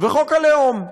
וחוק הלאום,